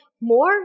more